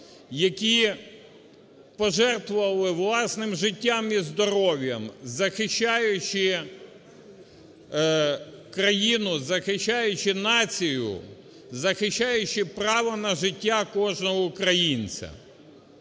які пожертвували власним життям і здоров'ям, захищаючи країну, захищаючи націю, захищаючи право на життя кожного українця.